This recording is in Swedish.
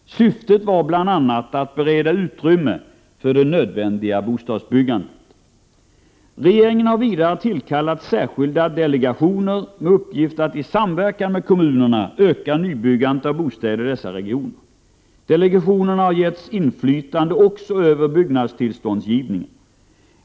Syftet var bl.a. att bereda utrymme för det nödvändiga bostadsbyggandet. Regeringen har vidare tillkallat särskilda delegationer med uppgift att i samverkan med kommunerna öka nybyggandet av bostäder i dessa regioner. Delegationerna har getts inflytande också över byggnadstillståndsgivningen.